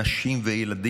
השאירו נשים וילדים,